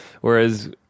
Whereas